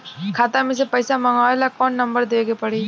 खाता मे से पईसा मँगवावे ला कौन नंबर देवे के पड़ी?